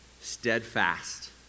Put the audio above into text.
steadfast